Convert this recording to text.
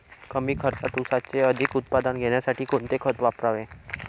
कमी खर्चात ऊसाचे अधिक उत्पादन घेण्यासाठी कोणते खत वापरावे?